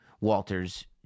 Walter's